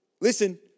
Listen